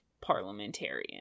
parliamentarian